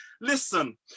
Listen